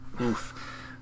Oof